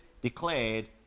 declared